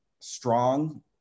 strong